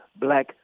black